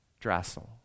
Drassel